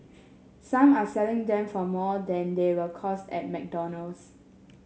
some are selling them for more than they will cost at McDonald's